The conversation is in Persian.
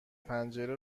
پنجره